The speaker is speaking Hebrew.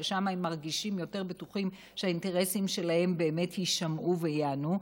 ששם הם מרגישים יותר בטוחים שהאינטרסים שלהם באמת יישמעו וייענו,